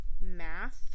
math